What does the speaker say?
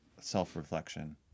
self-reflection